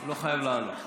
הוא לא חייב לענות.